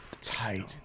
Tight